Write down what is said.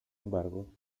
embargo